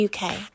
uk